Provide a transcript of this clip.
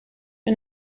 and